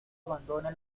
abandone